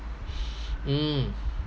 mm